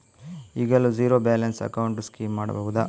ಈಗಲೂ zero balance account scheme ಮಾಡಬಹುದಾ?